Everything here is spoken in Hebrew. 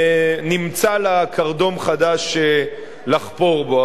נמצא לה קרדום חדש לחפור בו,